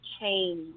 change